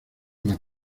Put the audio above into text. las